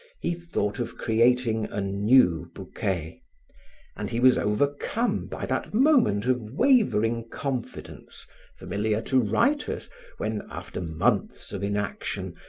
he thought of creating a new bouquet and he was overcome by that moment of wavering confidence familiar to writers when, after months of inaction,